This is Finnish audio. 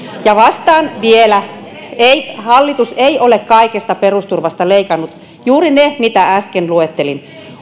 ja vastaan vielä hallitus ei ole kaikesta perusturvasta leikannut juuri ne mitä äsken luettelin